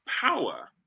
power